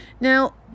Now